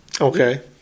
Okay